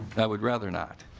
i would rather not.